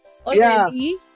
already